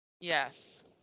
yes